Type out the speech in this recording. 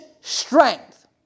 strength